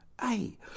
hey